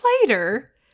later